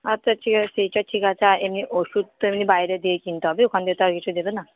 আচ্ছা ঠিক আছে সেইটা ঠিক আছে আর এমনি ওষুধ তো এমনি বাইরে দিয়ে কিনতে হবে ওখান দিয়ে তো আর কিছু দেবে না